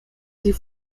sie